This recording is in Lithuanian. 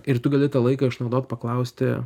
ir tu gali tą laiką išnaudot paklausti